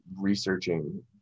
researching